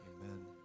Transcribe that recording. Amen